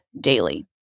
daily